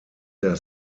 their